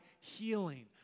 healing